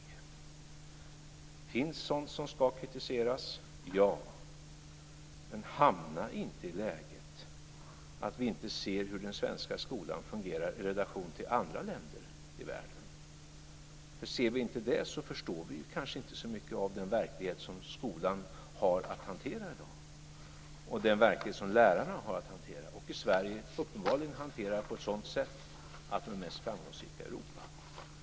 Det finns sådant som ska kritiseras. Men vi får inte hamna i läget att vi inte ser hur den svenska skolan fungerar i relation till skolor i andra länder i världen. Ser vi inte det förstår vi kanske inte så mycket av den verklighet som skolan har att hantera i dag och den verklighet som lärarna har att hantera och uppenbarligen hanterar på ett sådant sätt att den svenska skolan är den mest framgångsrika i Europa.